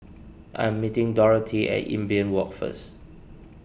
I'm meeting Dorothy at Imbiah Walk first